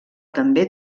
també